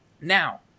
Now